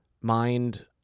mind